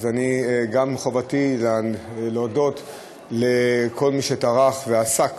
אז אני, חובתי להודות לכל מי שטרח ועסק